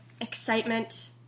excitement